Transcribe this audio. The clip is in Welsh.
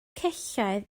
celloedd